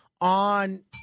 on